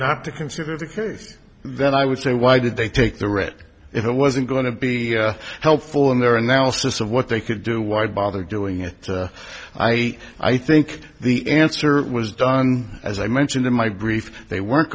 not to consider the case then i would say why did they take the writ it wasn't going to be helpful in their analysis of what they could do why bother doing it i i think the answer was done as i mentioned in my brief they weren't